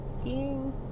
skiing